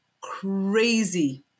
crazy